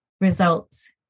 results